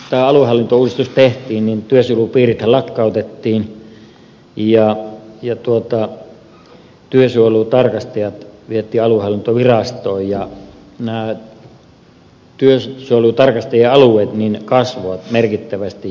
silloin kun tämä aluehallintouudistus tehtiin niin työsuojelupiirithän lakkautettiin ja työsuojelutarkastajat vietiin aluehallintovirastoon ja nämä työsuojelutarkastajien alueet kasvoivat merkittävästi